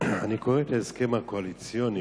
אני קורא את ההסכם הקואליציוני,